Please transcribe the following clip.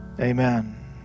Amen